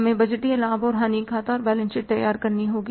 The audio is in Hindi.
हमें बजटीय लाभ और हानि खाता और बैलेंस शीट तैयार करनी होगी